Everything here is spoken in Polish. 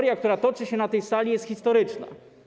Debata, która toczy się na tej sali, jest historyczna.